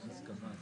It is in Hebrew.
ראשית,